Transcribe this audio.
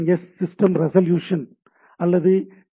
S system resolution அல்லது D